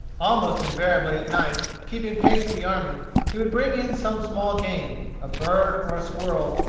almost invariably at night, keeping pace with the army, he would bring in some small game, a bird or a squirrel,